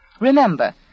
Remember